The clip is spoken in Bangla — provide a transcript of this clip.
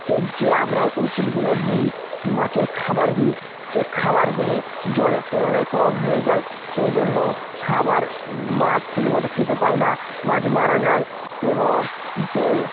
সে যে আমরা ওষুধগুলা দিই মাছের খাবার দিই সে খাবারগুলি জলের তুলনায় কম হয়ে যায় সেই জন্য খাবার মাছ ঠিক মতো খেতে পায় না মাছ মারা যায় এবং যে